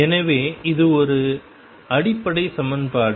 எனவே இது ஒரு அடிப்படை சமன்பாடு